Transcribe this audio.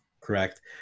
Correct